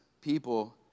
people